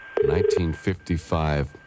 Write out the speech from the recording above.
1955